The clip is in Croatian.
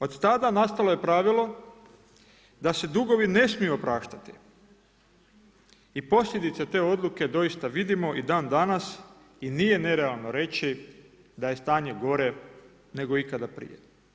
Od tada nastalo je pravilo da se dugovi ne smiju opraštati i posljedice te odluke doista vidimo i dan danas i nije nerealno reći da je stanje gore nego ikada prije.